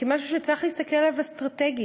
כמשהו שצריך להסתכל עליו אסטרטגית.